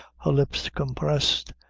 her lips compressed,